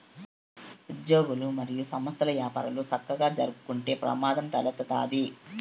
ఉజ్యోగులు, మరియు సంస్థల్ల యపారాలు సక్కగా జరక్కుంటే ప్రమాదం తలెత్తతాది